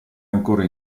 ancora